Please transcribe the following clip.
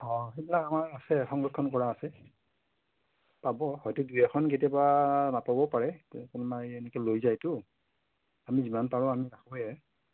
অঁ সেইবিলাক আমাৰ আছে সংৰক্ষণ কৰা আছে পাব হয়তো দুই এখন কেতিয়াবা নাপাবও পাৰে কোনোবাই এনেকৈ লৈ যায়তো আমি যিমান পাৰোঁ আমি ৰাখোঁৱে